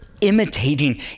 Imitating